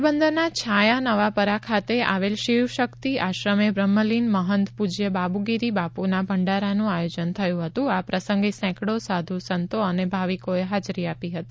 પોરબંદરના છાંયા નવાપરા ખાતે આવેલ શિવ શક્તિ આશ્રમે બ્રહ્મલીન મહન્ત પ્રજ્ય બાબુગીરી બાપુના ભંડારાનું આયોજન થયું હતું આ પ્રસંગે સેંકડો સાધુ સંતો અને ભાવિકોએ હાજરી આપી હતી